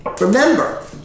Remember